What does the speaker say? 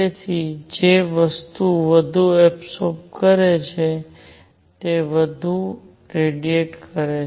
તેથી જે વસ્તુ વધુ એબસોરપ્સન કરે છે તે પણ વધુ રેડિયેટ કરે છે